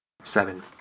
Seven